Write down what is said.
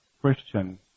Christian